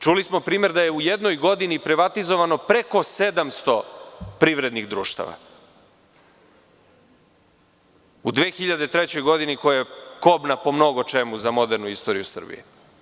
Čuli smo primer da je u jednoj godini privatizovano preko 700 privrednih društava, u 2003. godini koja je kobna po mnogo čemu za modernu istoriju Srbije.